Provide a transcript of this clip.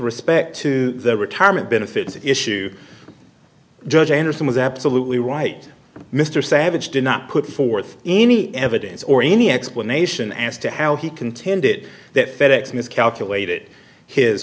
respect to the retirement benefits issue judge andersen was absolutely right mr savage did not put forth any evidence or any explanation as to how he contended that fed ex miscalculated his